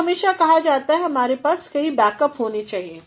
तो हमेशा कहा जाता है कि हमारे पास कई बैकअप होने चाहिए